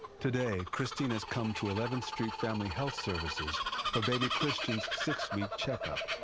today christine has come to eleventh street family health services for baby christian's six-week check-up.